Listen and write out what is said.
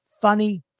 Funny